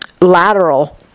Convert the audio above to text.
Lateral